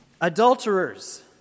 Adulterers